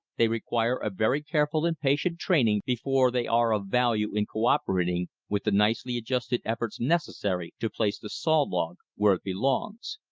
they require a very careful and patient training before they are of value in co-operating with the nicely adjusted efforts necessary to place the sawlog where it belongs.